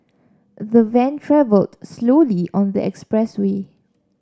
the van travelled slowly on the expressway